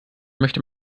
möchte